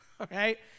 Okay